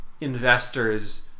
investors